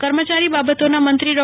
કર્મચારી બાબતોના મંત્રી ડૉ